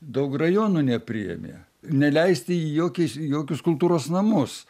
daug rajonų nepriėmė neleisti į jokiais jokius kultūros namus